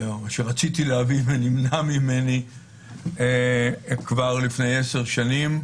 או שרציתי להביא ונמנע ממני כבר לפני עשר שנים